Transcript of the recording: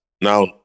Now